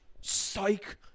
Psych